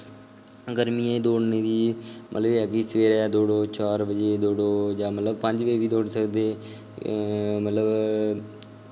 गर्मियें च दौड़नें दी एह् ऐ कि सवेरै दौड़ो चार बज़े दौड़ो जां मतलब पंज बज़े बी दौड़ी सकदे मतलब